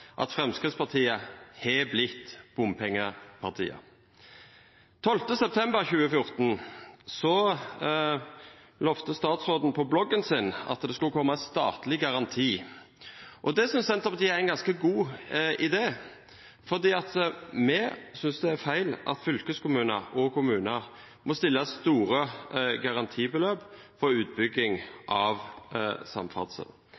at Fremskrittspartiet har blitt bompengepartiet. Den 12. september 2014 lovte statsråden på bloggen sin at det skulle komme «en statlig garanti». Det synes Senterpartiet er en ganske god idé, for vi synes det er feil at fylkeskommuner og kommuner må stille store garantibeløp for utbygging av samferdsel.